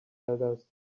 elders